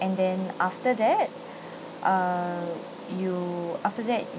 and then after that err you after that